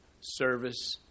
service